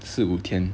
四五天